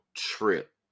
trip